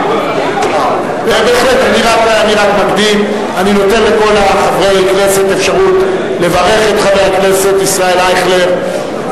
אני נותן לכל חברי הכנסת אפשרות לברך את חבר הכנסת ישראל אייכלר,